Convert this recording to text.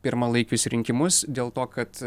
pirmalaikius rinkimus dėl to kad